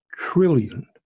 trillion